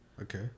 Okay